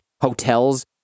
hotels